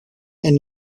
and